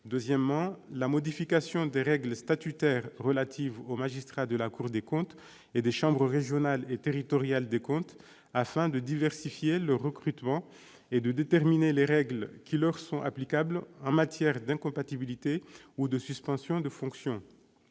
deuxième est la modification des règles statutaires relatives aux magistrats de la Cour des comptes et des chambres régionales et territoriales des comptes afin de diversifier leur recrutement et de déterminer les règles qui leur sont applicables en matière d'incompatibilité ou de suspension de fonctions.